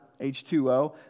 H2O